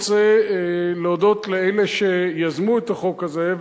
אני רוצה להודות לאלה שיזמו את החוק הזה,